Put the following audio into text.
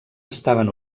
estaven